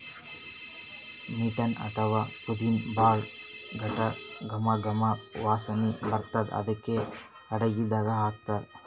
mint ಅಥವಾ ಪುದಿನಾ ಭಾಳ್ ಘಮ್ ಘಮ್ ವಾಸನಿ ಬರ್ತದ್ ಅದಕ್ಕೆ ಅಡಗಿದಾಗ್ ಹಾಕ್ತಾರ್